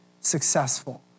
successful